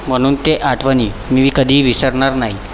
म्हणून ते आठवणी मी कधी विसरणार नाही